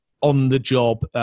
on-the-job